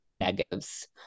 negatives